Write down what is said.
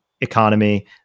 economy